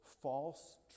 false